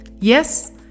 Yes